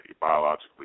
biologically